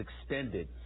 extended